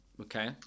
Okay